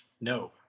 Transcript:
No